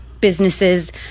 businesses